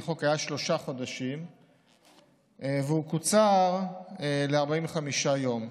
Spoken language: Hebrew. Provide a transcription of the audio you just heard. חוק היה שלושה חודשים והוא קוצר ל-45 יום.